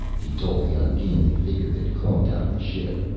he told the ungainly figure that clumped out of the ship.